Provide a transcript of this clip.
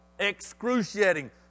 excruciating